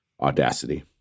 Audacity